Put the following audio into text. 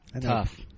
Tough